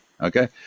Okay